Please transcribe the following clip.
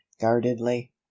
guardedly